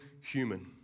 human